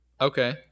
Okay